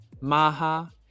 Maha